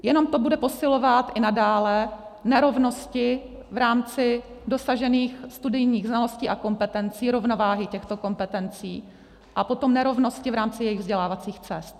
Jenom to bude posilovat i nadále nerovnosti v rámci dosažených studijních znalostí a kompetencí, rovnováhy těchto kompetencí a potom nerovnosti v rámci jejich vzdělávacích cest.